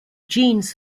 genes